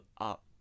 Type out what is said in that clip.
up